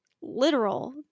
literal